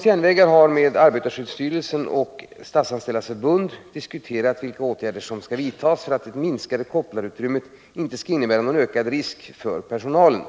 SJ har med arbetarskyddsstyrelsen och Statsanställdas förbund diskuterat vilka åtgärder som skall vidtas för att det minskade kopplarutrymmet inte skall innebära någon ökning av riskerna för personalen.